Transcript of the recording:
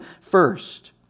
first